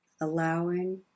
Allowing